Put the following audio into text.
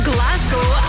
Glasgow